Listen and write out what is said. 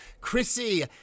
Chrissy